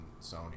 Sony